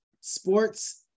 Sports